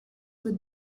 with